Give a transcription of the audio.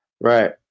Right